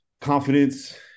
confidence